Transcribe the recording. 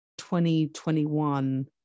2021